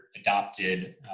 adopted